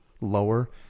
lower